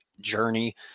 journey